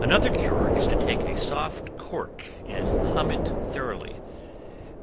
another cure is to take a soft cork and hum it thoroughly